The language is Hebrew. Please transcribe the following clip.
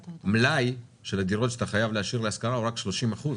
המלאי של הדירות שאתה חייב להשאיר להשכרה הוא רק 30 אחוז,